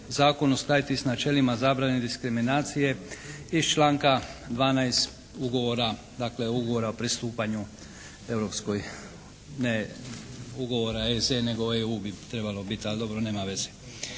zakon uskladiti s načelima zabrane diskriminacije iz članka 12. ugovora dakle ugovora o pristupanju Europskoj, ne, ugovora …/Govornik se ne razumije./… trebalo bit, ali dobro, nema veze.